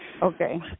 Okay